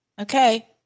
okay